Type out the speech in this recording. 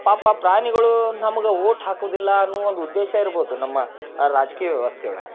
ಪಾಪ ಪ್ರಾಣಿಗಳು ನಮ್ಗೆ ವೋಟ್ ಹಾಕುವುದಿಲ್ಲ ಅನ್ನೋ ಒಂದು ಉದ್ದೇಶ ಇರ್ಬೋದು ನಮ್ಮ ರಾಜಕೀಯ ವ್ಯವಸ್ಥೆ ಒಳಗೆ